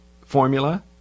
formula